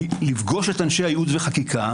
לפגוש את אנשי הייעוץ והחקיקה,